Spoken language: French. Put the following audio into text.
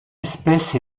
espèce